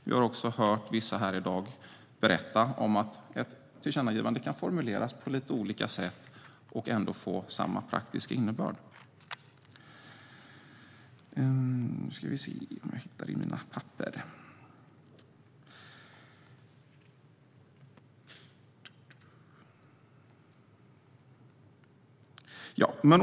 Vi har också hört vissa här i dag berätta om att ett tillkännagivande kan formuleras på lite olika sätt och ändå få samma praktiska innebörd.